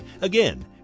Again